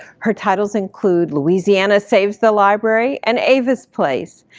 her titles include louisiana saves the library and avis place.